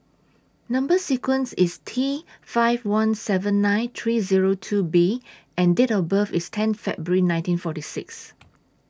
Number sequence IS T five one seven nine three Zero two B and Date of birth IS ten February nineteen forty six